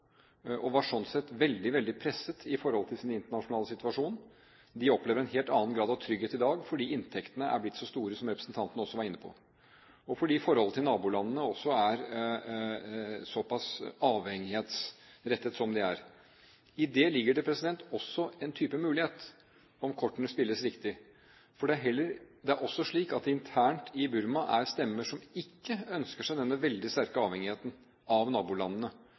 og sånn sett var veldig, veldig presset i sin internasjonale situasjon. De opplever en helt annen grad av trygghet i dag, fordi inntektene er blitt så store, som representanten også var inne på, og fordi forholdet til nabolandene er så pass avhengighetsrettet som det er. I det ligger det også en type mulighet om kortene spilles riktig. For det er også slik at det internt i Burma er stemmer som ikke ønsker seg denne veldig sterke avhengigheten av nabolandene,